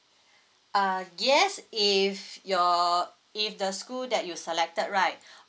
uh yes if your if the school that you selected right